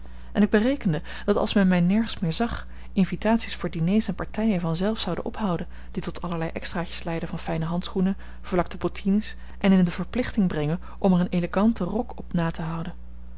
en ik berekende dat als men mij nergens meer zag invitaties voor diners en partijen vanzelven zouden ophouden die tot allerlei extraatjes leiden van fijne handschoenen verlakte bottines en in de verplichting brengen om er een éléganten rok op na te houden